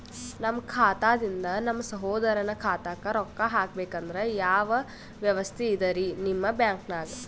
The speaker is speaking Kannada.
ನಮ್ಮ ಖಾತಾದಿಂದ ನಮ್ಮ ಸಹೋದರನ ಖಾತಾಕ್ಕಾ ರೊಕ್ಕಾ ಹಾಕ್ಬೇಕಂದ್ರ ಯಾವ ವ್ಯವಸ್ಥೆ ಇದರೀ ನಿಮ್ಮ ಬ್ಯಾಂಕ್ನಾಗ?